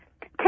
Take